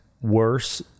worse